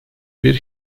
bir